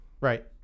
Right